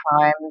time